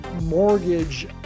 mortgage